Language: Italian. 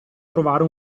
trovare